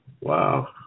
Wow